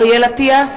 אינו נוכח אריאל אטיאס,